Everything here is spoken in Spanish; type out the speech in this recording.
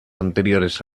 anteriores